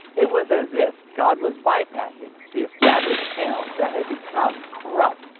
it was as if god was bypassing the established channels that had become corrupt,